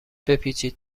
بپیچید